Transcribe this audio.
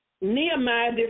Nehemiah